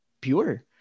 pure